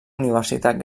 universitat